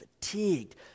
fatigued